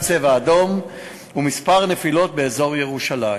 "צבע אדום" וכמה נפילות באזור ירושלים.